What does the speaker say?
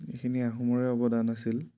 এইখিনি আহোমৰে অৱদান আছিল